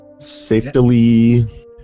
Safely